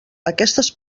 aquestes